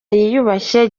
yiyubashye